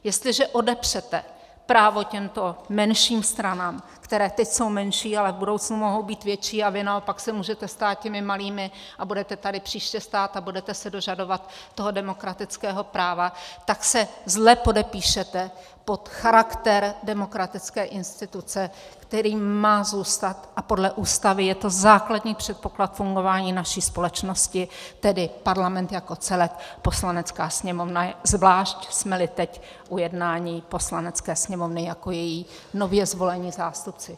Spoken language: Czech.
Jestliže odepřete právo těmto menším stranám, které teď jsou menší, ale v budoucnu mohou být větší, a vy naopak se můžete stát těmi malými a budete tady příště stát a budete se dožadovat toho demokratického práva, tak se zle podepíšete pod charakter demokratické instituce, který má zůstat, a podle Ústavy je to základní předpoklad fungování naší společnosti, tedy Parlament jako celek, Poslanecká sněmovna, zvlášť jsmeli teď u jednání Poslanecké sněmovny jako její nově zvolení zástupci.